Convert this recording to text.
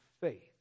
faith